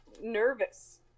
nervous